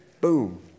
boom